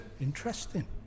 Interesting